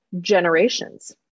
generations